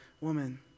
woman